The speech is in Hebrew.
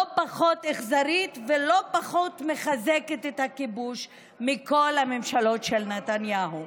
לא פחות אכזרית ולא פחות מחזקת את הכיבוש מכל הממשלות של נתניהו.